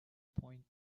point